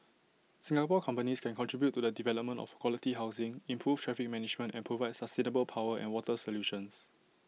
Singapore companies can contribute to the development of quality housing improve traffic management and provide sustainable power and water solutions